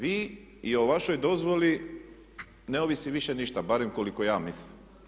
Vi i o vašoj dozvoli ne ovisi više ništa, barem koliko ja mislim.